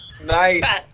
Nice